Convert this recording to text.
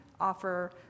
offer